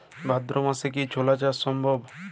ভাদ্র মাসে কি ছোলা চাষ সম্ভব?